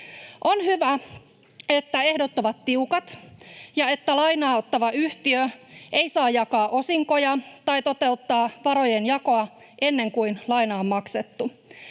On hyvä, että ehdot ovat tiukat ja että lainaa ottava yhtiö ei saa jakaa osinkoja tai toteuttaa varojen jakoa ennen kuin laina on maksettu.